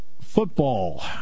Football